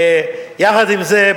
ויחד עם זה,